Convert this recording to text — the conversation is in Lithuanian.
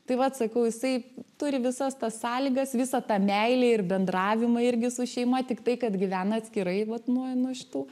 tai vat sakau jisai turi visas tas sąlygas visą tą meilę ir bendravimą irgi su šeima tiktai kad gyvena atskirai vat nuo nuo šitų